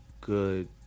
good